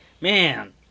man